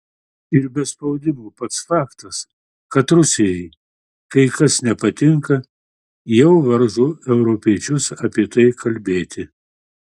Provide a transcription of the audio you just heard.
ir be spaudimo pats faktas kad rusijai kai kas nepatinka jau varžo europiečius apie tai kalbėti